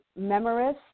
memorist